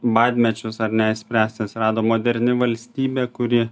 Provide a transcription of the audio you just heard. badmečius ar ne išspręsti atsirado moderni valstybė kuri